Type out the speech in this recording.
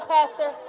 Pastor